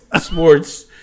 Sports